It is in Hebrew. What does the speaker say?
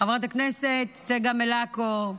חברת הכנסת צגה מלקו,